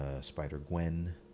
Spider-Gwen